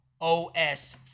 OS